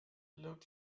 looked